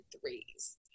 threes